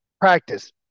practice